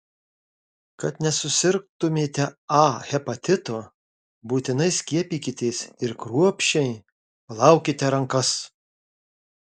kad nesusirgtumėte a hepatitu būtinai skiepykitės ir kruopščiai plaukite rankas